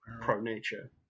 pro-nature